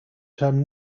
term